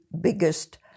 biggest